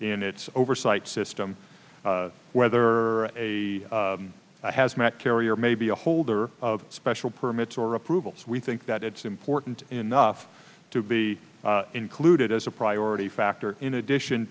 in its oversight system whether a hazmat carrier maybe a holder of special permits or approvals we think that it's important enough to be included as a priority factor in addition